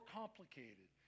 complicated